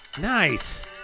Nice